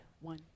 One